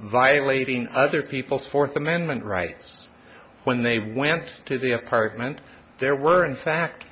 violating other people's fourth amendment rights when they went to the apartment there were in fact